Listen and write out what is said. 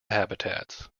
habitats